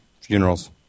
Funerals